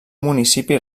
municipi